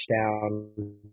touchdown